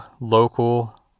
local